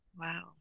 Wow